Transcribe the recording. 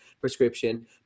prescription